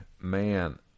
Man